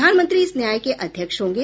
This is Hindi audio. प्रधानमंत्री इस न्यास के अध्यक्ष होंगे